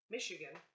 Michigan